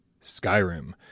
Skyrim